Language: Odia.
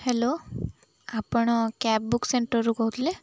ହ୍ୟାଲୋ ଆପଣ କ୍ୟାବ୍ ବୁକ୍ ସେଣ୍ଟର୍ରୁ କହୁଥିଲେ